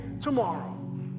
Tomorrow